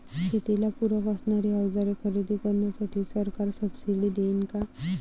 शेतीला पूरक असणारी अवजारे खरेदी करण्यासाठी सरकार सब्सिडी देईन का?